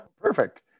Perfect